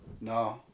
No